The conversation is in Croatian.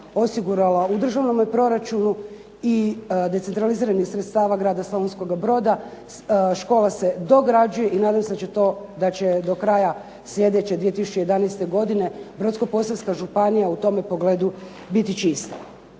osigurala u državnome proračunu i decentraliziranih sredstava grada Slavonskoga Broda, škola se dograđuje i nadam se da će to, da će do kraja sljedeće 2011. godine Brodsko-posavska županija u tome pogledu biti čista.